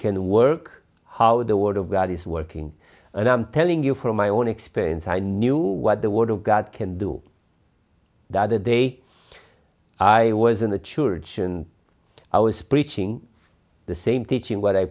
can work how the word of god is working and i'm telling you from my own experience i knew what the word of god can do that the day i was in the church and i was preaching the same teaching what i